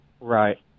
Right